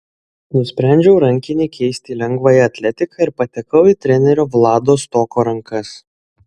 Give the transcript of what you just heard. nusprendžiau rankinį keisti į lengvąją atletiką ir patekau į trenerio vlado stoko rankas